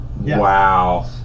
Wow